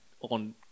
on